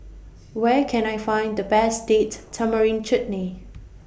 Where Can I Find The Best Date Tamarind Chutney